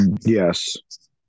Yes